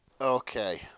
Okay